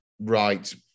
right